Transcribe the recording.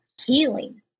healing